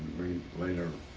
we later